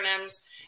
acronyms